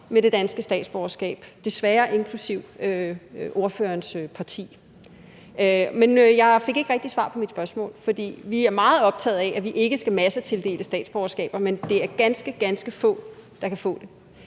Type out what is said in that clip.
med det danske statsborgerskab, desværre inklusive ordførerens parti. Men jeg fik ikke rigtig svar på mit spørgsmål. Vi er meget optaget af, at vi ikke skal massetildele statsborgerskaber, men at det er ganske, ganske få, der kan få det.